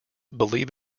believe